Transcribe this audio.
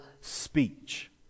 speech